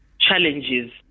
challenges